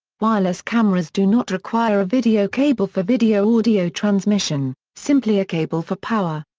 wireless cameras do not require a video cable for video audio transmission, simply a cable for power.